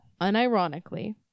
unironically